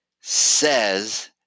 says